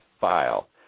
File